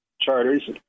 Charters